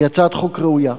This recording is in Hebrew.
היא הצעת חוק ראויה,